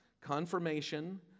confirmation